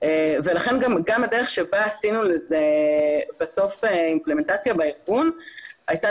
ולכן גם הדרך שבה עשינו לזה בסוף אימפלמנטציה בארגון הייתה